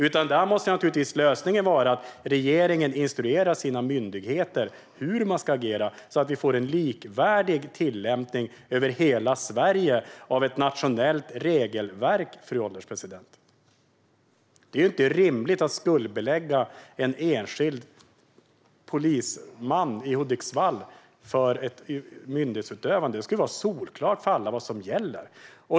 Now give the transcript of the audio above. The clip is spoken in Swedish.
Lösningen måste naturligtvis vara att regeringen instruerar sina myndigheter hur de ska agera så att vi över hela Sverige får en likvärdig tillämpning av ett nationellt regelverk. Det är ju inte rimligt att skuldbelägga en enskild polisman i Hudiksvall för ett myndighetsutövande; det ska vara solklart för alla vad som gäller.